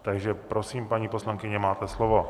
Takže prosím, paní poslankyně, máte slovo.